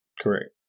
Correct